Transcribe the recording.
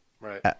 right